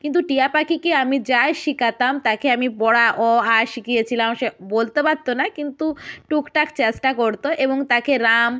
কিন্তু টিয়া পাখিকে আমি যাই শেখাতাম তাকে আমি পড়া অ আ শিখিয়েছিলাম সে বলতে পারত না কিন্তু টুকটাক চেষ্টা করত এবং তাকে রাম